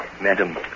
Madam